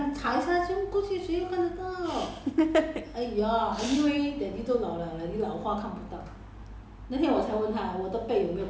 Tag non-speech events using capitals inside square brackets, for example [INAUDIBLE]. doesn't work the same lah [LAUGHS]